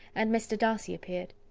and mr. darcy appeared.